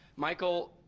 michael.